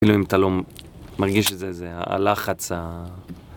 אפילו אם אתה לא מרגיש את זה, זה הלחץ ה...